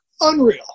unreal